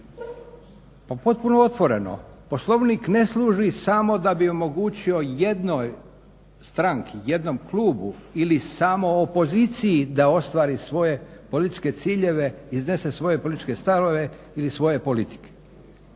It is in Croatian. on potpuno otvoreno, Poslovnik ne služi samo da bi omogućio jednoj stranci, jednom klubu ili samo opoziciji da ostvari svoje političke ciljeve, iznese svoje političke stavove ili svoje politike.